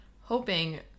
hoping